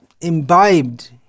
imbibed